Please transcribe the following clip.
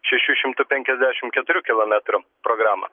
šešių šimtų penkiasdešim keturių kilometrų programą